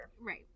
Right